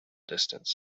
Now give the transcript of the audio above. distance